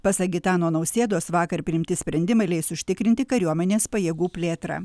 pasak gitano nausėdos vakar priimti sprendimai leis užtikrinti kariuomenės pajėgų plėtrą